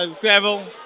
gravel